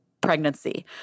pregnancy